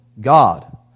God